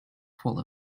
full